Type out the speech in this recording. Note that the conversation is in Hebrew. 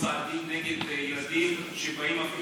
יש הנחיה שאוסרת לנקוט צעדים נגד ילדים שבאים אפילו